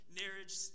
marriage